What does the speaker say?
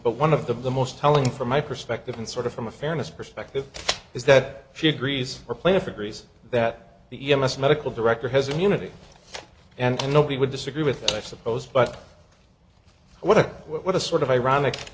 but one of the most telling from my perspective in sort of from a fairness perspective is that she agrees or plaintiff agrees that the e m s medical director has immunity and nobody would disagree with that i suppose but what a what a sort of ironic